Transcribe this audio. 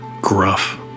gruff